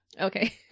Okay